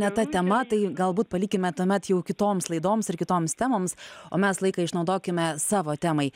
ne ta tema tai galbūt palikime tuomet jau kitoms laidoms ir kitoms temoms o mes laiką išnaudokime savo temai